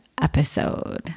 episode